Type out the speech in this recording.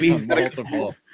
Multiple